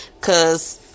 cause